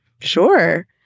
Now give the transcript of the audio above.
Sure